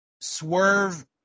Swerve